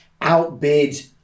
outbid